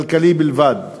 כלכלי בלבד,